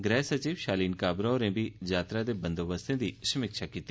गृह सचिव शालीन काबरा होरें बी यात्रा दे बंदोबस्तें दी समीक्षा कीती